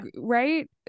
right